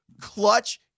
clutch